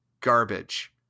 garbage